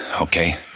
Okay